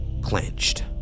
clenched